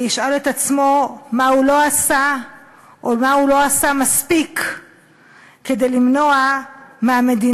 וישאל את עצמו מה הוא לא עשה או מה הוא לא עשה מספיק כדי למנוע מהמדינה,